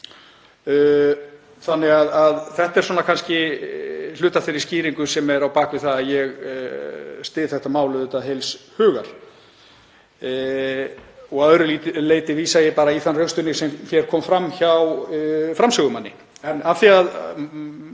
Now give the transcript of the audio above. vindur fram. Þetta er kannski hluti af þeirri skýringu sem er á bak við það að ég styð þetta mál heils hugar. Að öðru leyti vísa ég bara í þann rökstuðning sem hér kom fram hjá framsögumanni.